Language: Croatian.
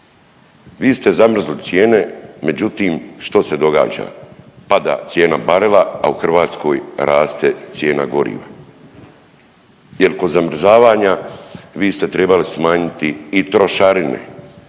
Vi ste zamrzli cijene, međutim što se događa, pada cijena barela, a u Hrvatskoj raste cijena goriva jel kod zamrzavanja vi ste trebali smanjiti i trošarine,